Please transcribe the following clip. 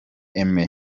aime